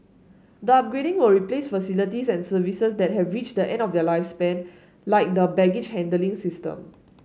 the upgrading will replace facilities and services that have reached the end of their lifespan like the baggage handling system